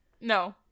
No